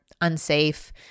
unsafe